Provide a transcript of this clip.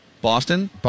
Boston